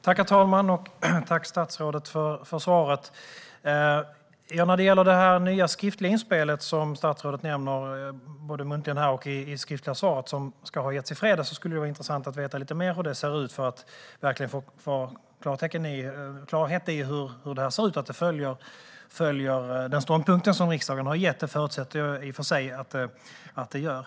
Herr talman! Jag tackar statsrådet för svaret. När det gäller det nya skriftliga inspel som statsrådet nämner, både muntligen här och i det skriftliga svaret, och som ska ha getts i fredags vore det intressant att veta lite mer om det för att verkligen få klarhet i hur det ser ut och se att det följer den ståndpunkt som riksdagen har gett. Det förutsätter jag i och för sig att det gör.